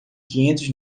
quinhentos